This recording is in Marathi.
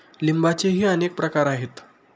लिंबाचेही अनेक प्रकार आहेत